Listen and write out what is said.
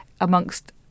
amongst